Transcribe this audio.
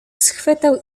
schwytał